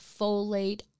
folate